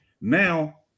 Now